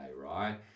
right